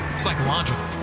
psychological